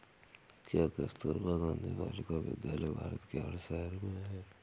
क्या कस्तूरबा गांधी बालिका विद्यालय भारत के हर शहर में है?